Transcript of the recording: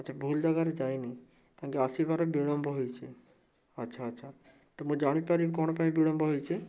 ଆଛା ଭୁଲ ଜାଗାରେ ଯାଇନି ତାଙ୍କେ ଆସିବାରେ ବିଳମ୍ବ ହୋଇଛି ଆଛା ଆଛା ତ ମୁଁ ଜାଣିପାରିବି କ'ଣ ପାଇଁ ବିଳମ୍ବ ହେଇଛି